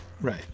right